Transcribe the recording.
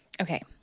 okay